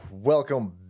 Welcome